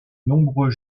nombreux